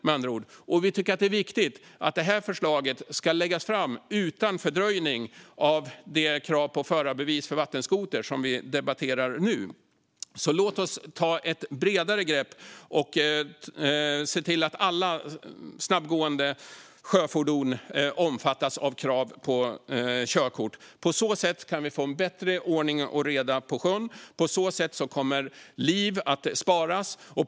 Vi tycker också att det är viktigt att det förslaget ska läggas fram utan fördröjning av det krav på förarbevis för vattenskoter som vi nu debatterar. Låt oss ta ett bredare grepp och se till att alla snabbgående vattenfordon omfattas av krav på körkort. På så sätt kan vi få bättre ordning och reda på sjön. På så sätt kommer liv att sparas.